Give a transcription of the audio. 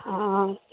हॅं